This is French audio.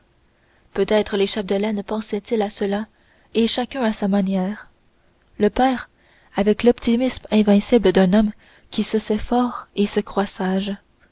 peut-être les chapdelaine pensaient-ils à cela et chacun à sa manière le père avec l'optimisme invincible d'un homme qui se sait fort et se